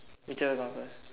which one come first